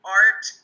art